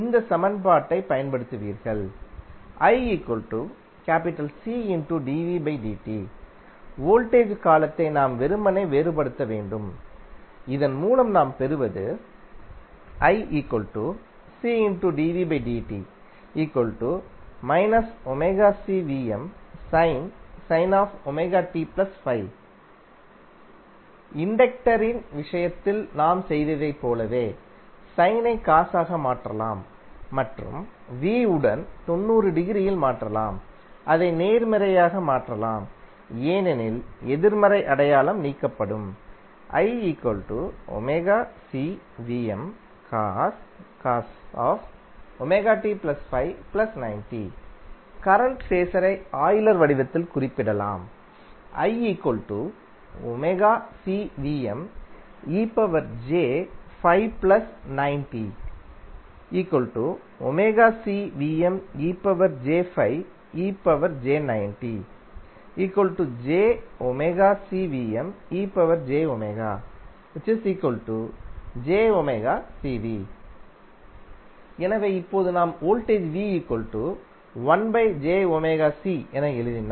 இந்த சமன்பாட்டைப் பயன்படுத்துவீர்கள் வோல்டேஜ் காலத்தை நாம் வெறுமனே வேறுபடுத்த வேண்டும் இதன் மூலம் நாம் பெறுவது இண்டக்டரின் விஷயத்தில் நாம் செய்ததைப் போலவே சைனை காஸ் ஆக மாற்றலாம் மற்றும் V உடன் 90 டிகிரியில் மாற்றலாம் அதை நேர்மறையாக மாற்றலாம் ஏனெனில் எதிர்மறை அடையாளம் நீக்கப்படும் கரண்ட் ஃபேஸரை ஆய்லர் வடிவத்தில் குறிப்பிடலாம் எனவே இப்போது நாம் வோல்டேஜ் என எழுதினால்